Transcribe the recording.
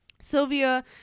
Sylvia